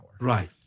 Right